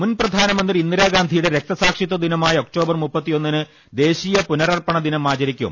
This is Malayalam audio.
മുൻ പ്രധാനമന്ത്രി ഇന്ദിരാഗാന്ധിയുടെ രക്തസാ ക്ഷിത്വ ദിനമായ ഒക്ടോബർ ദ്ദന് ദേശീയ പുനരർപ്പണ ദിനം ആചരിക്കും